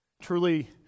Truly